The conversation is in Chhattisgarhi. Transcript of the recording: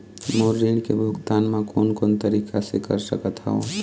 मोर ऋण के भुगतान म कोन कोन तरीका से कर सकत हव?